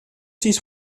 this